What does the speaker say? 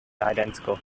identical